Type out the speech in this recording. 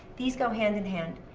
these go hand in hand.